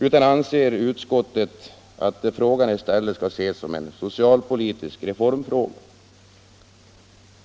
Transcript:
Utskottet anser att frågan i stället skall ses som en socialpolitisk reformfråga.